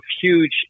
huge